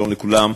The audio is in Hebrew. שלום לכולם,